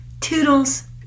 toodles